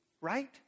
right